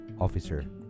officer